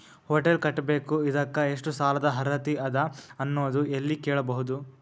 Hotel ಕಟ್ಟಬೇಕು ಇದಕ್ಕ ಎಷ್ಟ ಸಾಲಾದ ಅರ್ಹತಿ ಅದ ಅನ್ನೋದು ಎಲ್ಲಿ ಕೇಳಬಹುದು?